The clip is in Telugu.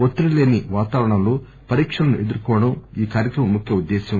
ఒత్తిడి లేని వాతావరణంలో పరీక్షలను ఎదుర్కోవడం ఈ కార్యక్రమం ముఖ్య ఉద్దేశ్వం